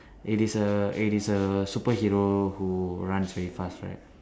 it is a it is a superhero who runs away fast right